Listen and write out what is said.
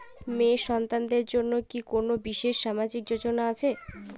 মেয়ে সন্তানদের জন্য কি কোন বিশেষ সামাজিক যোজনা আছে?